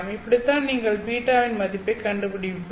இப்படித்தான் நீங்கள் β இன் மதிப்பைக் கண்டுபிடிப்பீர்கள்